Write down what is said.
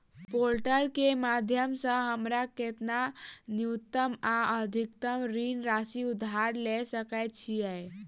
Portal केँ माध्यम सऽ हमरा केतना न्यूनतम आ अधिकतम ऋण राशि उधार ले सकै छीयै?